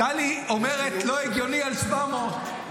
טלי אומרת "לא הגיוני" על 700,